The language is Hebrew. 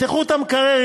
יפתחו את המקרר,